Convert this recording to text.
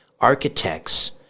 architects